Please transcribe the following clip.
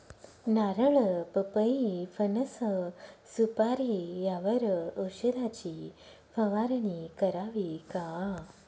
नारळ, पपई, फणस, सुपारी यावर औषधाची फवारणी करावी का?